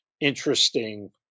interesting